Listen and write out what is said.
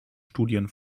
studien